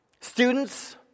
Students